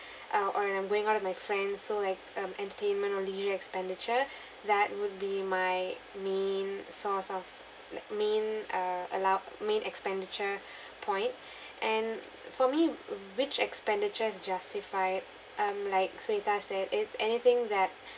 uh or and I'm going out with my friends so like um entertainment or leisure expenditure that would be my main source of like main uh allow main expenditure point and for me which expenditure is justified um like sunita said it's anything that